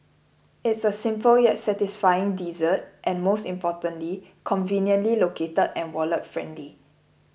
it's a simple yet satisfying dessert and most importantly conveniently located and wallet friendly